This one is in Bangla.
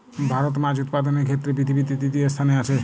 ভারত মাছ উৎপাদনের ক্ষেত্রে পৃথিবীতে তৃতীয় স্থানে আছে